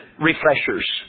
refreshers